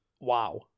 Wow